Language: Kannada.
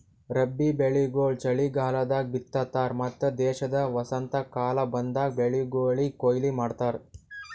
ರಬ್ಬಿ ಬೆಳಿಗೊಳ್ ಚಲಿಗಾಲದಾಗ್ ಬಿತ್ತತಾರ್ ಮತ್ತ ದೇಶದ ವಸಂತಕಾಲ ಬಂದಾಗ್ ಬೆಳಿಗೊಳಿಗ್ ಕೊಯ್ಲಿ ಮಾಡ್ತಾರ್